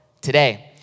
today